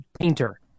painter